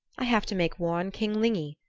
i have to make war on king lygni,